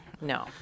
No